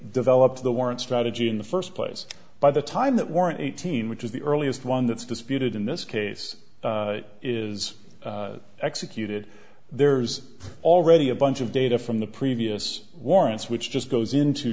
developed the warrant strategy in the first place by the time that warrant eighteen which is the earliest one that's disputed in this case is executed there's already a bunch of data from the previous warrants which just goes into